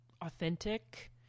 authentic